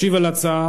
הצעות